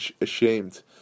ashamed